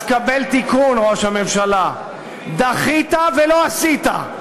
אז קבל תיקון, ראש הממשלה: דחית ולא עשית.